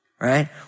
Right